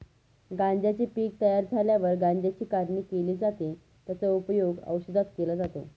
गांज्याचे पीक तयार झाल्यावर गांज्याची काढणी केली जाते, त्याचा उपयोग औषधात केला जातो